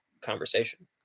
conversation